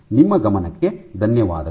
ನಿಮ್ಮ ಗಮನಕ್ಕೆ ಧನ್ಯವಾದಗಳು